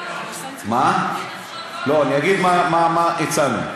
אני אגיד מה הצענו.